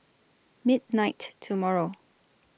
midnight tomorrow